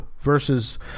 versus